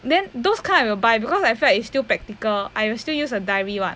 then those kind I will buy because I feel like it's still practical I will still use a diary [what]